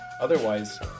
Otherwise